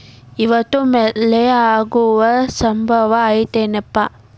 ಇವತ್ತ ಮಳೆ ಆಗು ಸಂಭವ ಐತಿ ಏನಪಾ?